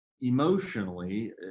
emotionally